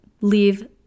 leave